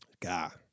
God